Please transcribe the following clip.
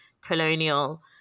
colonial